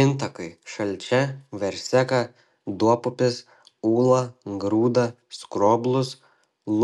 intakai šalčia verseka duobupis ūla grūda skroblus